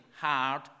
hard